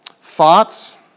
thoughts